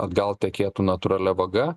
atgal tekėtų natūralia vaga